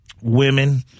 women